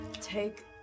take